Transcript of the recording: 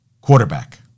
quarterback